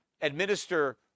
administer